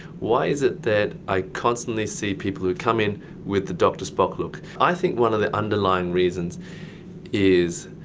why is it that i constantly see people that come in with the dr. spock look? i think one of the underlying reasons is